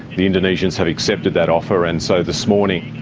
the indonesians have accepted that offer. and so this morning,